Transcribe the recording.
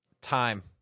Time